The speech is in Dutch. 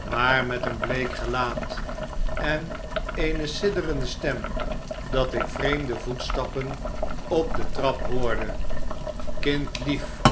maar met een bleek gelaat en eene sidderende stem dat ik vreemde voetstappen op de trap hoorde kindlief